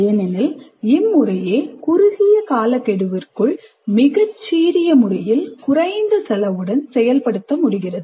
ஏனெனில் இம்முறையே குறுகிய காலக்கெடுவிற்குள் மிகச் சீரிய முறையில் செயல்படுத்த முடிகிறது